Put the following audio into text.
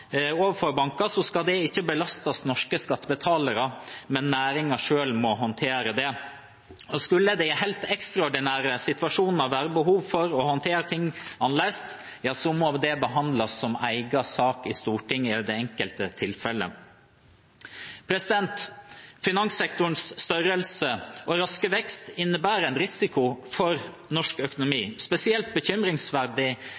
skal ikke det belastes norske skattebetalere, men næringen selv må håndtere det. Og skulle det i helt ekstraordinære situasjoner være behov for å håndtere ting annerledes, må det behandles som egen sak i Stortinget i det enkelte tilfellet. Finanssektorens størrelse og raske vekst innebærer en risiko for norsk